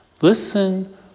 listen